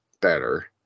better